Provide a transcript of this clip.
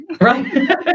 Right